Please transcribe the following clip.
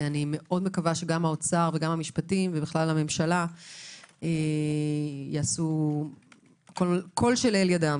אני מאוד מקווה שגם האוצר וגם המשפטים ובכלל הממשלה יעשו כל שביכולתם